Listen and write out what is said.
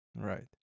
Right